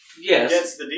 Yes